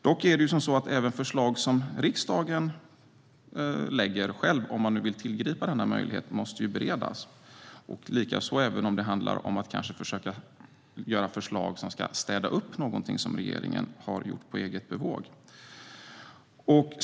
Dock är det så att även förslag som riksdagen själv lägger fram, om man nu vill tillgripa den här möjligheten, måste beredas, likaså om det handlar om att kanske försöka göra förslag som ska städa upp någonting som regeringen har gjort på eget bevåg.